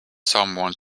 someone